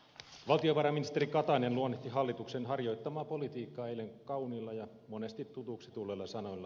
valtiovarainministeri katainen luonnehti hallituksen harjoittamaa politiikkaa eilen kauniilla ja monesti tutuksi tulleilla sanoilla